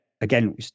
again